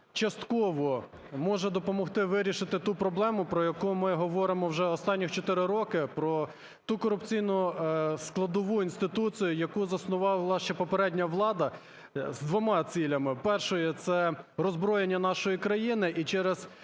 частково може допомогти вирішити ту проблему, про яку ми говоримо вже останніх 4 роки, про ту корупційну складову інституцію, яку заснувала ще попередня влада, з двома цілями. Перша – це роззброєння нашої країни і через